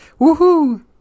woohoo